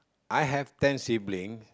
I have ten siblings